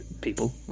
people